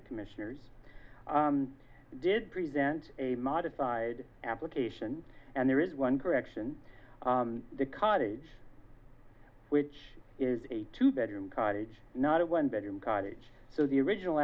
the commissioners did present a modified application and there is one correction the cottage which is a two bedroom cottage not a one bedroom cottage so the original